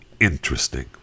interesting